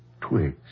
twigs